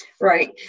Right